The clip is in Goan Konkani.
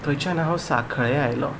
थंयच्यान हांव साखळे आयलों